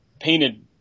painted